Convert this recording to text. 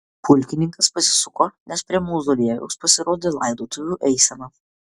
pulkininkas pasisuko nes prie mauzoliejaus pasirodė laidotuvių eisena